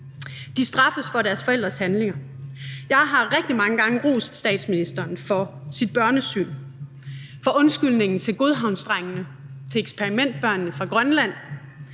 De straffes for deres forældres handlinger. Jeg har rigtig mange gange rost statsministeren for sit børnesyn, for undskyldningen til godhavnsdrengene og til eksperimentbørnene fra Grønland,